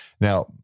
Now